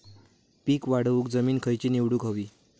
पीक वाढवूक जमीन खैची निवडुक हवी?